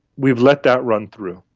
we've let that run through.